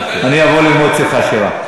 אני אבוא ללמוד אצלך שירה.